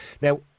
Now